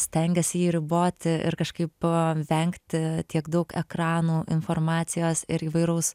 stengiasi jį riboti ir kažkaip vengti tiek daug ekranų informacijos ir įvairaus